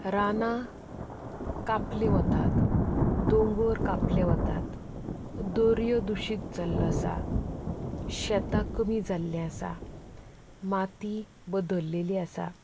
रानां कापलीं वतात दोंगर कापले वतात दर्यो दुशीत जाल्लो आसा शेतां कमी जाल्लीं आसा माती बदललेली आसा